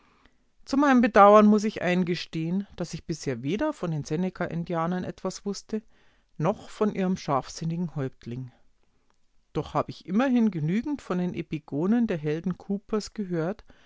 zu meinem bedauern muß ich eingestehen daß ich bisher weder von den seneka-indianern etwas wußte noch von ihrem scharfsinnigen häuptling doch habe ich immerhin genügend von den epigonen der helden coopers gehört